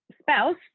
spouse